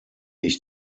ich